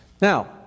Now